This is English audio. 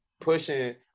pushing